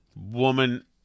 woman